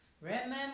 remember